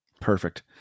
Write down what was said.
Perfect